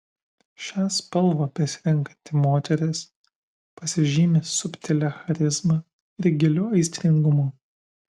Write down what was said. šią spalvą besirenkanti moteris pasižymi subtilia charizma ir giliu aistringumu